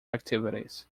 activities